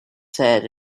said